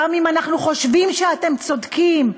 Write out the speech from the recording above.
גם אם אנחנו חושבים שאתם צודקים,